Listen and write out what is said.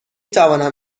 توانم